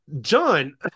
John